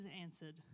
answered